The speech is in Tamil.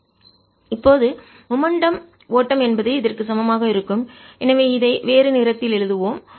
momentumarea×time இப்போது மொமெண்ட்டம் வேகம் ஓட்டம் என்பது இதற்கு சமமாக இருக்கும் எனவே இதை வேறு நிறத்தில் எழுதுவோம்